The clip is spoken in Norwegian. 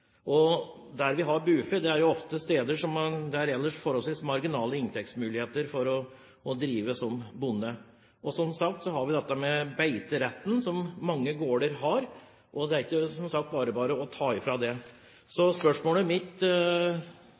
Og der vi har bufe, er jo ofte på steder der det ellers er forholdsvis marginale inntektsmuligheter for en bonde. Mange gårder har beiterett, og det er som sagt ikke bare bare å ta fra noen den. Så spørsmålet mitt